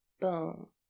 Boom